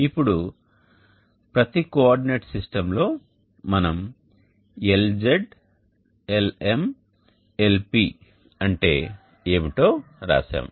ఇప్పుడు ప్రతి కోఆర్డినేట్ సిస్టమ్లో మనం Lz Lm Lp అంటే ఏమిటో రాశాము